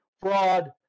fraud